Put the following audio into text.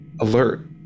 alert